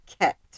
kept